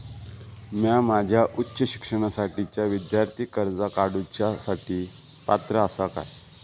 म्या माझ्या उच्च शिक्षणासाठीच्या विद्यार्थी कर्जा काडुच्या साठी पात्र आसा का?